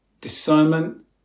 Discernment